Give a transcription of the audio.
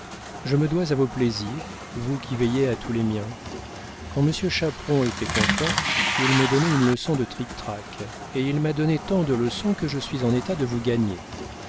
je me dois à vos plaisirs vous qui veillez à tous les miens quand monsieur chaperon était content il me donnait une leçon de trictrac et il m'a donné tant de leçons que je suis en état de vous gagner